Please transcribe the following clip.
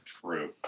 True